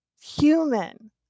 human